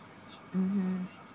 mmhmm